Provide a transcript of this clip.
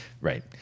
Right